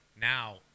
now